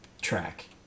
track